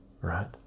right